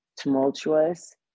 tumultuous